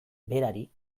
berari